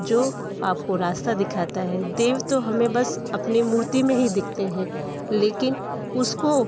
जो आपको रास्ता दिखता है देव तो हमें बस अपनी मूर्ति में ही दिखते हैं लेकिन उसको